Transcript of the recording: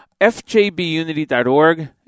fjbunity.org